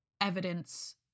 evidence